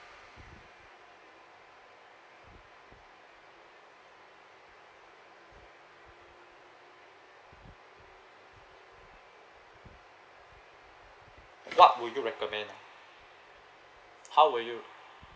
what would you recommend how would you